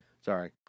Sorry